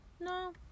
No